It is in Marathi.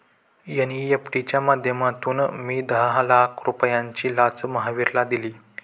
एन.ई.एफ.टी च्या माध्यमातून मी दहा लाख रुपयांची लाच महावीरला दिली